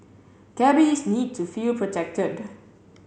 cabbies need to feel projected